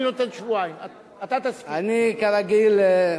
אני, כרגיל,